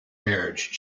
marriage